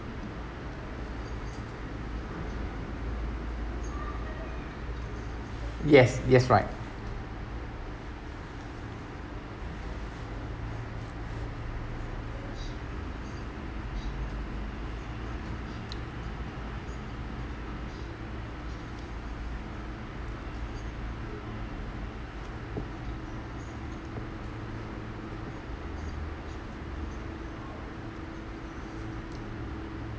yes yes right